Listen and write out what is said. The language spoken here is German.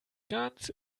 ganz